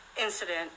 incident